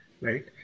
Right